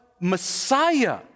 Messiah